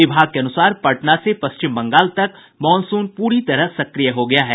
विभाग के अनुसार पटना से पश्चिम बंगाल तक मॉनसून पूरी तरह सक्रिय हो गया है